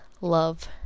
Love